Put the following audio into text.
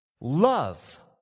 Love